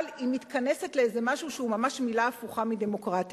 אבל היא מתכנסת לאיזה משהו שהוא ממש מלה הפוכה מדמוקרטיה.